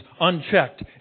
unchecked